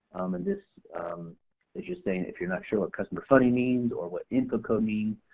and this is just saying if you're not sure what customer funding means or what input code means,